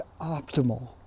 optimal